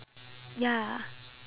ya